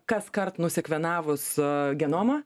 kaskart nusekvenavus genomą